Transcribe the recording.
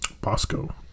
Bosco